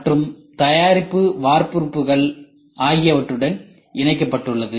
மற்றும் தயாரிப்பு வார்ப்புருக்கள் ஆகியவற்றுடன் இணைக்கப்பட்டுள்ளது